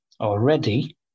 already